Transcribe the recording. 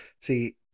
See